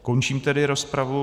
Končím tedy rozpravu.